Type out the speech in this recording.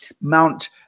Mount